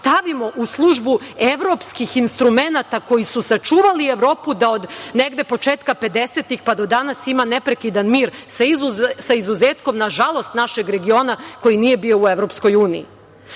stavimo u službu evropskih instrumenata koji su sačuvali Evropu da od negde početka 50-ih pa do danas ima neprekidan mir, sa izuzetkom, nažalost, našeg regiona koji nije bio u Evropskoj uniji. Ako